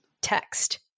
text